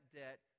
debt